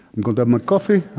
and going to have my coffee.